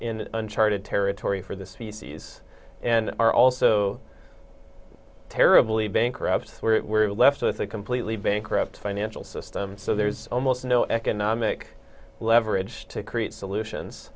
in uncharted territory for the c c s and are also terribly bankrupt we're left with a completely bankrupt financial system so there's almost no economic leverage to create solutions